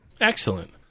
Excellent